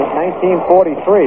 1943